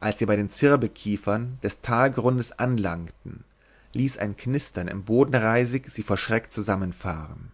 als sie bei den zirbelkiefern des talgrundes anlangten ließ ein knistern im bodenreisig sie vor schreck zusammenfahren